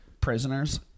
prisoners